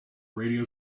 radio